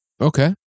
Okay